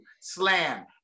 Slam